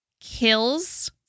kills